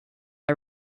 are